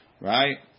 Right